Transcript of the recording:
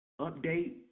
update